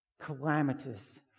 calamitous